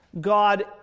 God